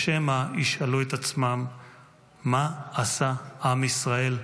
או שמא ישאלו את עצמם מה עשה עם ישראל,